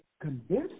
convince